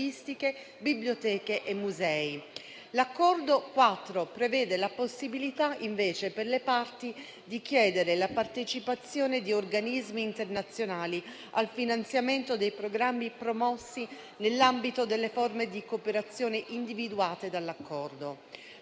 L'articolo 4 prevede la possibilità, per le parti, di chiedere la partecipazione di organismi internazionali al finanziamento dei programmi promossi nell'ambito delle forme di cooperazione individuate dall'Accordo.